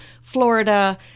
Florida